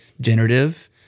generative